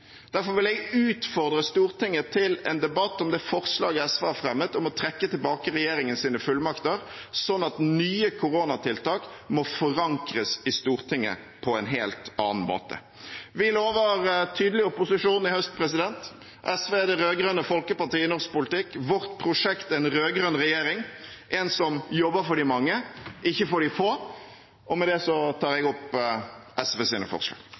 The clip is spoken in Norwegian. Derfor vil jeg utfordre Stortinget til en debatt om det forslaget SV har fremmet om å trekke tilbake regjeringens fullmakter, slik at nye koronatiltak må forankres i Stortinget på en helt annen måte. Vi lover tydelig opposisjon i høst. SV er det rød-grønne folkepartiet i norsk politikk. Vårt prosjekt er en rød-grønn regjering – en som jobber for de mange, ikke for de få. Med det tar jeg opp SVs forslag